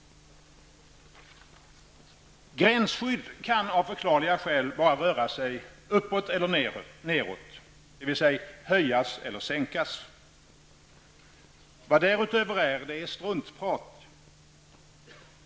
Gränsskydd kan av förklarliga skäl bara röra sig uppåt eller nedåt, dvs. höjas eller sänkas. Vad därutöver är, är struntprat.